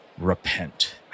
Repent